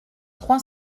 trois